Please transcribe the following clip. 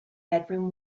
bedroom